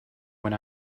when